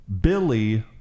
Billy